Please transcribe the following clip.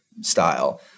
style